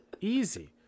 easy